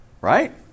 right